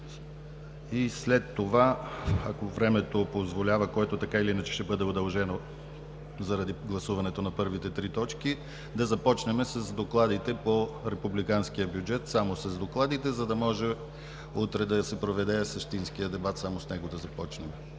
и след това, ако времето позволява, което така или иначе ще бъде удължено заради гласуването на първите три точки, да започнем с докладите по Републиканския бюджет – само с докладите, за да може утре да се проведе същинският дебат – само с него да започнем.